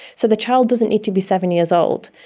so the child doesn't need to be seven years old,